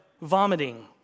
vomiting